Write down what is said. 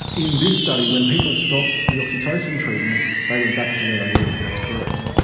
in this study when people stop the oxytocin treatment they went back to where they were, that's correct.